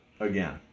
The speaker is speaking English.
again